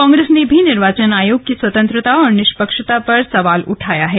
कांग्रेस ने भी निर्वाचन आयोग की स्वतंत्रता और निष्क्षता पर सवाल उठाया है